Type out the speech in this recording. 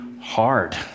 hard